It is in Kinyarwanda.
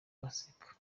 gasaka